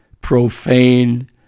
profane